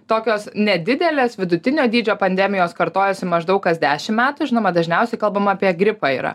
tokios nedidelės vidutinio dydžio pandemijos kartojasi maždaug kas dešim metų žinoma dažniausiai kalbama apie gripą yra